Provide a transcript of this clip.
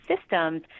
systems